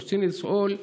רצוני לשאול: